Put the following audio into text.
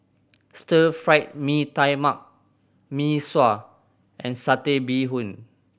Stir Fried Mee Tai Mak Mee Sua and Satay Bee Hoon